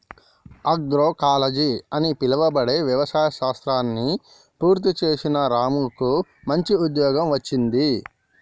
agroecology అని పిలువబడే వ్యవసాయ శాస్త్రాన్ని పూర్తి చేసిన రాముకు మంచి ఉద్యోగం వచ్చింది